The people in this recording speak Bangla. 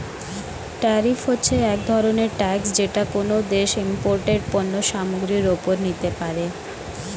ট্যারিফ হচ্ছে এক ধরনের ট্যাক্স যেটা কোনো দেশ ইমপোর্টেড পণ্য সামগ্রীর ওপরে নিতে পারে